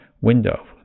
window